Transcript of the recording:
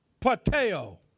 Pateo